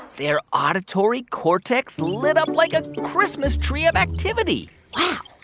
their auditory cortex lit up like a christmas tree of activity wow.